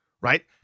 right